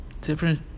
different